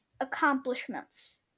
accomplishments